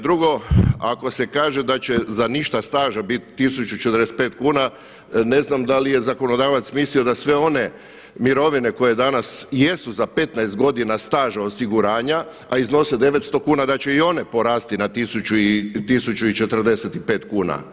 Drugo, ako se kaže da će za ništa staža biti 1045 kuna, ne znam da li je zakonodavac mislio da sve one mirovine koje danas i jesu za 15 godina staža osiguranja a iznose 900 kuna da će i one porasti na 1045 kuna.